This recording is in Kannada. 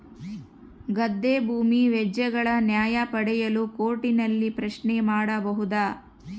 ಗದ್ದೆ ಭೂಮಿ ವ್ಯಾಜ್ಯಗಳ ನ್ಯಾಯ ಪಡೆಯಲು ಕೋರ್ಟ್ ನಲ್ಲಿ ಪ್ರಶ್ನೆ ಮಾಡಬಹುದಾ?